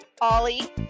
Ollie